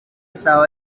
estado